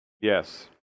Yes